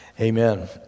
Amen